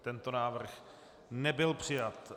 Tento návrh nebyl přijat.